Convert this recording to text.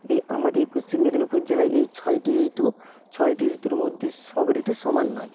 এই আমাদের এই পশ্চিম মেদিনীপুর জেলায় এই ছয়টি ঋতু ছয়টি ঋতুর মধ্যে সব ঋতু সমান নয়